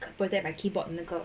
protect my keyboard 那个